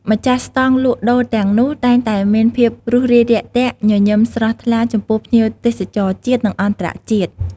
ម្ចាស់ស្តង់លក់ដូរទាំងនោះ តែងតែមានភាពរួសរាយរាក់ទាក់ញញឹមស្រស់ថ្លាចំពោះភ្ញៀវទេសចរជាតិ និងអន្តរជាតិ។